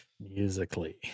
musically